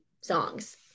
songs